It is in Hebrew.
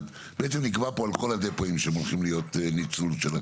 בעצם נקבע פה על כל הדפואים שהם הולכים להיות ניצול של הקרקע.